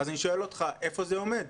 אני שואל אותך: איפה זה עומד?